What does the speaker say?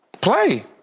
play